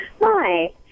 Hi